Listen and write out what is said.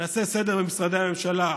נעשה סדר במשרדי הממשלה,